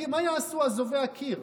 מה יעשו אזובי הקיר?